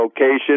location